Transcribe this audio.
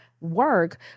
work